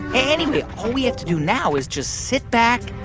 and anyway, all we have to do now is just sit back,